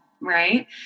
right